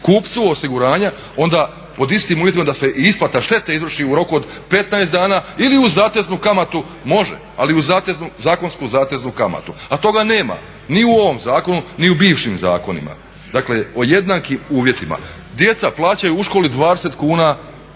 kupcu osiguranja onda pod istim uvjetima da se i isplata štete izvrši u roku od 15 dana ili uz zateznu kamatu, može, ali uz zakonsku zateznu kamatu. A toga nema, ni u ovom zakonu, ni u bivšim zakonima. Dakle o jednakim uvjetima. Djeca plaćaju u školi 20 kuna